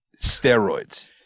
steroids